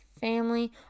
family